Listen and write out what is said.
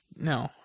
No